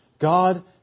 God